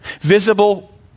visible